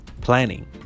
Planning